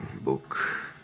book